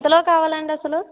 ఎంతలో కావాలండి అసలు